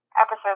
episode